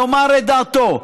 לומר את דעתו,